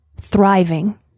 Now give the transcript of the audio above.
thriving